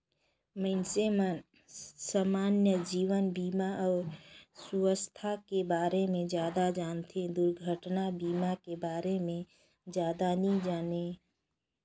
मइनसे मन समान्य जीवन बीमा अउ सुवास्थ के बारे मे जादा जानथें, दुरघटना बीमा के बारे मे जादा नी जानें